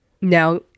now